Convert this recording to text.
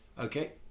Okay